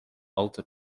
altar